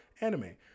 anime